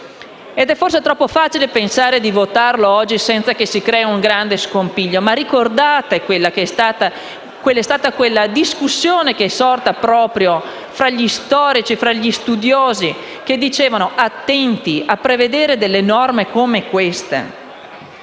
È forse troppo facile pensare di votarlo oggi senza creare un grande scompiglio, ma ricordate la discussione che è sorta proprio tra gli storici e gli studiosi che dicevano di fare attenzione a prevedere delle norme come questa.